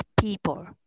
people